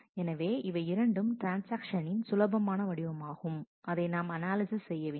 எனவே இவை இரண்டும் ட்ரான்ஸ்ஆக்ஷனின் சுலபமான வடிவமாகும் அதை நாம் அனாலிசிஸ் செய்ய வேண்டும்